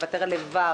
לוותר על איבר